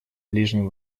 ближнем